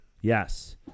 Yes